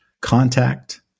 contact